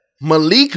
Malik